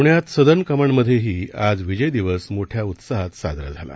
पुण्यात सदर्न कमांडमधेही आज विजय दिवस मोठ्या उत्साहात साजरा झाला